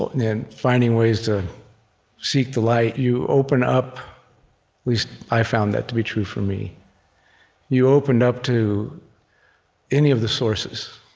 and finding ways to seek the light, you open up at least, i've found that to be true, for me you opened up to any of the sources